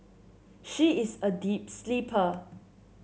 she is a deep sleeper